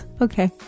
Okay